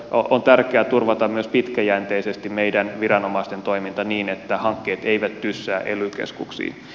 on tärkeää turvata myös pitkäjänteisesti meidän viranomaisten toiminta niin että hankkeet eivät tyssää ely keskuksiin